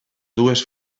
dues